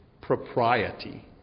propriety